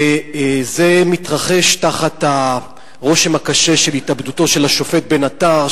וזה מתרחש תחת הרושם הקשה של התאבדותו של השופט בן-עטר,